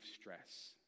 stress